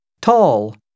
tall